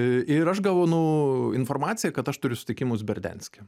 ir aš gavau nu informaciją kad aš turiu susitikimus berdiansky